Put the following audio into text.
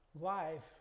life